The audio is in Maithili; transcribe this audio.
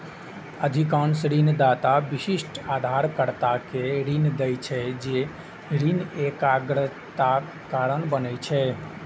अधिकांश ऋणदाता विशिष्ट उधारकर्ता कें ऋण दै छै, जे ऋण एकाग्रताक कारण बनै छै